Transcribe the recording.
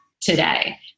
today